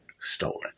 stolen